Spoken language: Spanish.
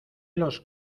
los